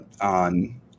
on